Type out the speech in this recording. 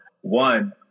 one